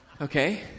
okay